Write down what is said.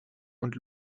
und